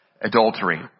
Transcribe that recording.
adultery